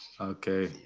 Okay